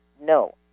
no